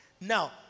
Now